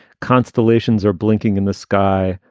constellations are blinking in the sky.